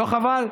לא חבל?